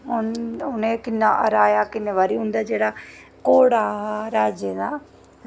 उ'नें कि'न्ना हराया कि'न्ने बारी उं'दे जेह्ड़ा घोड़ा हा राजें दा